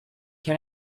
can